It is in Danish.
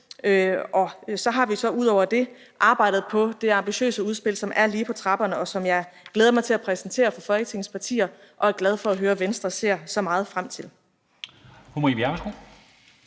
det har vi så arbejdet på det ambitiøse udspil, som er lige på trapperne, og som jeg glæder mig til at præsentere for Folketingets partier, og som jeg er glad for at høre at Venstre ser så meget frem til.